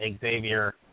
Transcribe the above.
Xavier